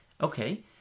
Okay